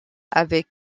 avec